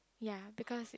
ya because